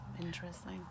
interesting